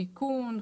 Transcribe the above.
תיקון,